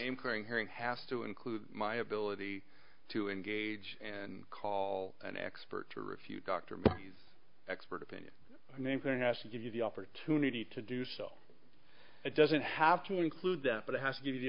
clearing hearing has to include my ability to engage and call an expert to refute dr expert opinion nathan has to give you the opportunity to do so it doesn't have to include that but it has to give you the